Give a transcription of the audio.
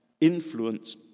influence